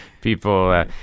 people